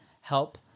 help